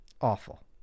Awful